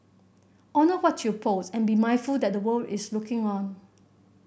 honour what you post and be mindful that the world is looking on